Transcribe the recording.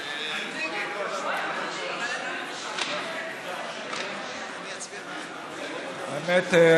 האמת,